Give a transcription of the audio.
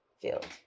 field